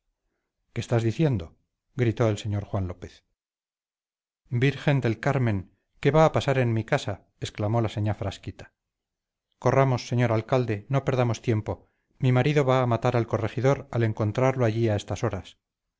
qué estás diciendo gritó el señor juan lópez virgen del carmen qué va a pasar en mi casa exclamó la señá frasquita corramos señor alcalde no perdamos tiempo mi marido va a matar al corregidor al encontrarlo allí a estas horas